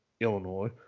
Illinois